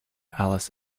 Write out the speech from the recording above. alice